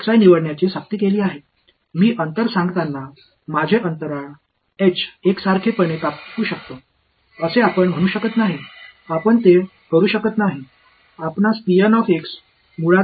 இன் வேர்களாக தேர்வுசெய்ய நீங்கள் கட்டாயப்படுத்தியுள்ளீர்கள்h இடைவெளியில் எனது இடைவெளியை ஒரே மாதிரியாக வெட்டுவேன் என்று நீங்கள் கூற முடியாது நீங்கள் அதை செய்யவும் முடியாது